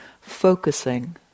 focusing